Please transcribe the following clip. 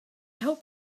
hope